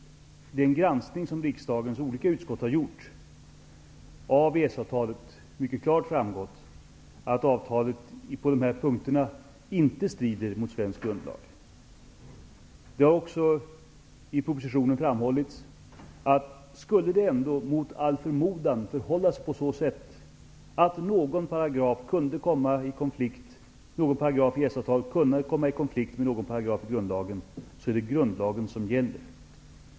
I den granskning som riksdagens olika utskott har gjort av EES-avtalet har mycket klart framgått att avtalet på dessa punkter inte strider mot svensk grundlag. I propositionen har också framhållits att om det, mot all förmodan, skulle förhålla sig så att någon paragraf i EES-avtalet kunde komma i konflikt med någon paragraf i grundlagen, är det grundlagen som gäller.